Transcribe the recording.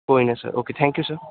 ਕੋਈ ਨਾ sir okay thank you sir